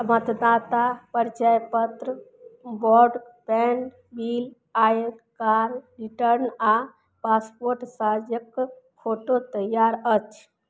मतदाता परिचय पत्र ब्रॉडबैंड बिल आयकर रिटर्न आओर पासपोर्ट साइजक फोटो तैयार अछि